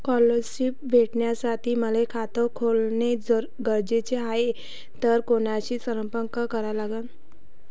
Scholarship भेटासाठी मले खात खोलने गरजेचे हाय तर कुणाशी संपर्क करा लागन?